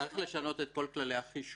צריך לשנות את כל כללי החישוב.